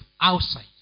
outside